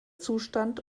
zustand